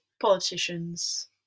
politicians